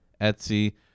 Etsy